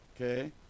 okay